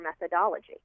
methodology